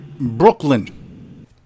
Brooklyn